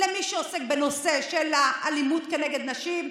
למי שעוסק בנושא של האלימות נגד נשים,